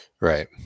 Right